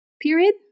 period